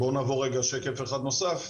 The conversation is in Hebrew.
בואו נעבור רגע שקף אחד נוסף.